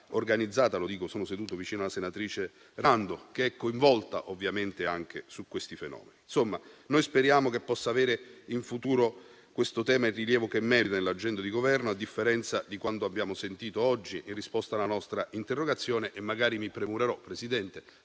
da affrontare: lo dico trovandomi seduto vicino alla senatrice Rando, che è coinvolta rispetto a questi fenomeni. Insomma, speriamo che questo tema possa avere in futuro il rilievo che merita nell'agenda di Governo, a differenza di quanto abbiamo sentito oggi in risposta alla nostra interrogazione. Magari mi premurerò, Presidente,